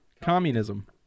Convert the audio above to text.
Communism